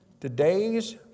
Today's